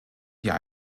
hier